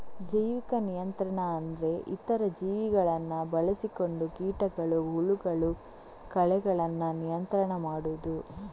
ಜೈವಿಕ ನಿಯಂತ್ರಣ ಅಂದ್ರೆ ಇತರ ಜೀವಿಗಳನ್ನ ಬಳಸಿಕೊಂಡು ಕೀಟಗಳು, ಹುಳಗಳು, ಕಳೆಗಳನ್ನ ನಿಯಂತ್ರಣ ಮಾಡುದು